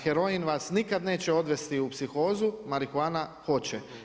Heroin vas nikada neće odvesti u psihozu, marihuana hoće.